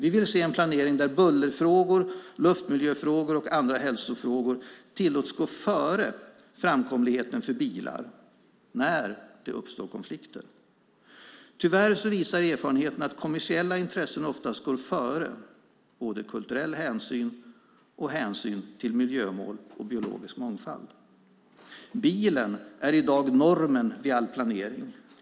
Vi vill se en planering där bullerfrågor, luftmiljöfrågor och andra hälsofrågor tillåts gå före framkomligheten för bilar när det uppstår konflikter. Tyvärr visar erfarenheten att kommersiella intressen oftast går före både kulturell hänsyn och hänsyn till miljömål och biologisk mångfald. Bilen är i dag normen vid all planering.